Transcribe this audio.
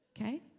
Okay